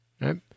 right